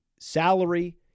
salary